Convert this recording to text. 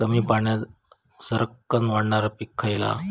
कमी पाण्यात सरक्कन वाढणारा पीक खयला?